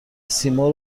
سیمرغ